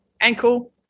ankle